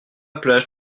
plage